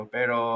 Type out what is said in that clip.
Pero